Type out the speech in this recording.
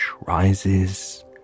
rises